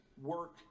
work